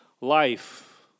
life